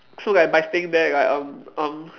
so that by staying there like um um